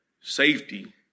safety